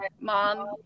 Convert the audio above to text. mom